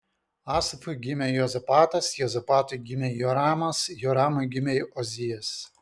asafui gimė juozapatas juozapatui gimė joramas joramui gimė ozijas